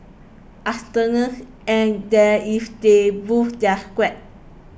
arsenals and that's if they boost their squad